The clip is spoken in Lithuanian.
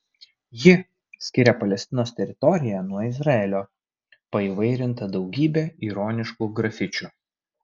ji skiria palestinos teritoriją nuo izraelio paįvairinta daugybe ironiškų grafičių